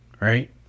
Right